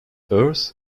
earth